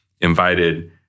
invited